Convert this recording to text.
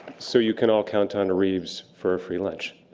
so you can all count on reeves for a free lunch.